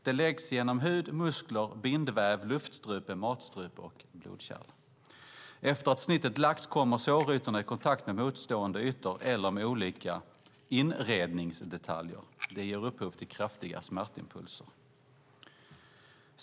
Det läggs genom hud, muskler, bindväv, luftstrupe, matstrupe och blodkärl. Efter att snittet lagts kommer sårytorna i kontakt med motstående ytor eller med olika inredningsdetaljer. Det ger upphov till kraftiga smärtimpulser .."